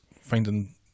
finding